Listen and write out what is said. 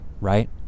right